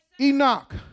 Enoch